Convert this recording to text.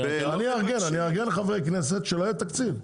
אני אארגן חברי כנסת שלא יהיה תקציב.